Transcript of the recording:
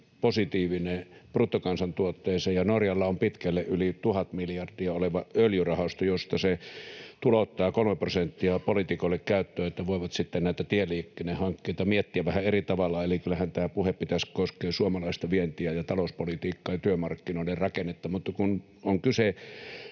positiivinen bruttokansantuotteessa, ja Norjalla on pitkälle yli tuhat miljardia oleva öljyrahasto, josta se tulouttaa kolme prosenttia poliitikoille käyttöön, että voivat sitten näitä tieliikennehankkeita miettiä vähän eri tavalla. Eli kyllähän tämän puheen pitäisi koskea suomalaista vientiä ja talouspolitiikkaa ja työmarkkinoiden rakennetta, mutta kun on kyse